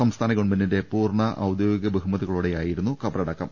സംസ്ഥാന ഗവൺമെന്റിന്റെ പൂർണ ഔദ്യോഗിക ബഹുമതികളോടെയായിരുന്നു കബറടക്കം